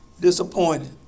disappointed